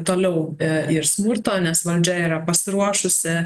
toliau ir smurto nes valdžia yra pasiruošusi